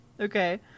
Okay